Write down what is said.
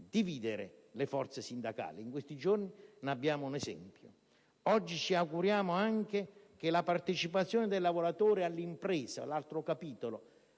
dividere le forze sindacali. Proprio in questi giorni ne abbiamo un esempio. Oggi ci auguriamo anche che si realizzi la partecipazione del lavoratore all'impresa - l'altro capitolo